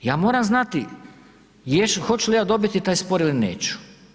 Ja moram znati hoću li ja dobiti taj spor ili neću.